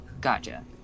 gotcha